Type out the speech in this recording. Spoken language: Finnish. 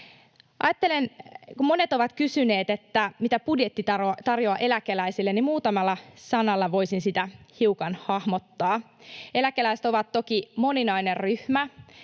monet ovat kysyneet, mitä budjetti tarjoaa eläkeläisille, että muutamalla sanalla voisin sitä hiukan hahmottaa. Eläkeläiset ovat toki moninainen ryhmä,